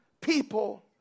people